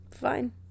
Fine